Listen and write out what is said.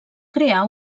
crear